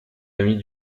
amis